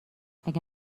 اگه